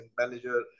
manager